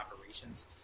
operations